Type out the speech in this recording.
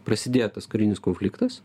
prasidėjo tas karinis konfliktas